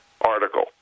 article